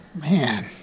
man